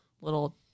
little